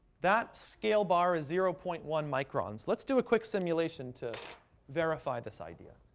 that scale bar is zero point one microns. let's do a quick simulation to verify this idea.